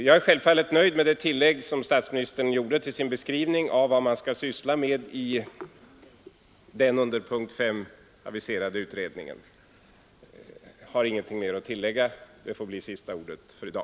Jag är självfallet nöjd med det tillägg som statsministern gjorde till sin beskrivning av vad man skall syssla med i den under punkt 5 aviserade utredningen. Jag har ingenting mer att tillägga, detta får bli sista ordet för i dag.